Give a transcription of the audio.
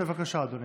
בבקשה, אדוני.